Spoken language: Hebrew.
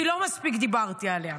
כי לא מספיק דיברתי עליה.